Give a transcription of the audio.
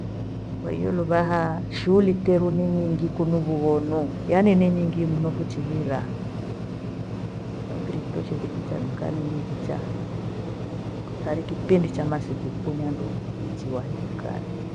Kwahiyo luvaha shuhuli teru ni nyingi kunu vughonu. Yaani ni nyingi mno fuchihira. Namfiri toshe thikicha dukani ni njecha mfiri umo umwedu thari kipindi chamasikukuu ni handu nichiwahi dukani.